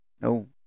No